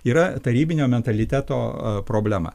yra tarybinio mentaliteto problema